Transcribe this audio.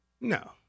No